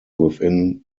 within